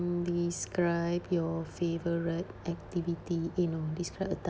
mm describe your favourite activity eh no describe a